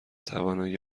توانایی